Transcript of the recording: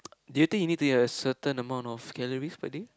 do you think you need to get a certain amount of calories per day